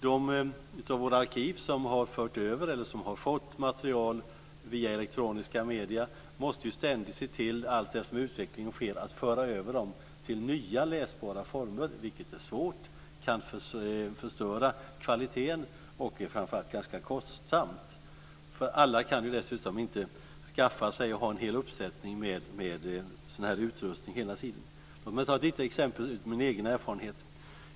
De av våra arkiv som har fört över material eller som har fått material via elektroniska medier måste ständigt se till att allteftersom utvecklingen sker att föra över dem till nya läsbara former, vilket är svårt, kan förstöra kvaliteten och framför allt är ganska kostsamt. Alla kan dessutom inte skaffa sig och ha en hel uppsättning med utrustning hela tiden. Låt mig ta ett litet exempel ur min egen erfarenhet.